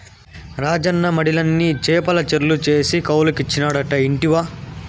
రాజన్న మడిలన్ని నీ చేపల చెర్లు చేసి కౌలుకిచ్చినాడట ఇంటివా